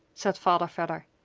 said father vedder.